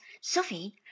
Sophie